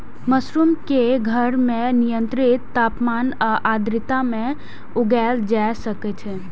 mushroom कें घर मे नियंत्रित तापमान आ आर्द्रता मे उगाएल जा सकै छै